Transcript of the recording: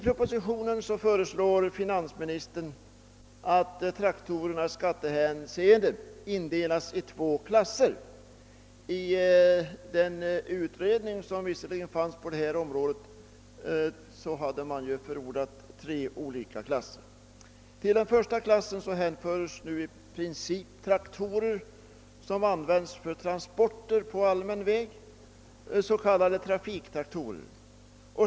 I propositionen föreslår finansministern att traktorerna i skattehänseende skall indelas i två klasser, medan man i den utredning som gjorts i frågan förordat tre olika klasser. Till klass I hänförs nu i princip traktorer som används för transporter på allmän väg, s.k. trafiktraktorer.